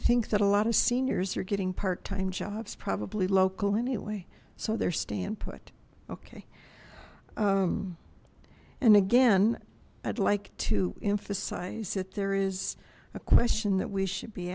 that a lot of seniors are getting part time jobs probably local anyway so they're staying put okay and again i'd like to emphasize that there is a question that we should be